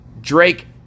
Drake